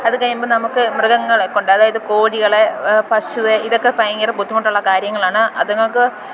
അത് കഴിയുമ്പം നമുക്ക് മൃഗങ്ങളെ കൊണ്ട് അതായത് കോഴികൾ പശുവെ ഇതൊക്കെ ഭയങ്കര ബുദ്ധിമുട്ടുള്ള കാര്യങ്ങളാണ് അത്ങ്ങൾക്ക്